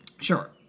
Sure